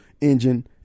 engine